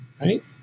Right